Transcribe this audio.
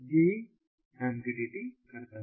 यही MQTT करता है